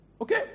Okay